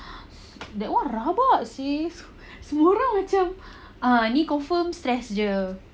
that [one] rabak seh semua orang macam ah ni confirm stress jer